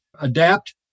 adapt